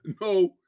no